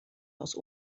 aus